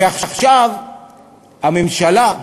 ועכשיו הממשלה,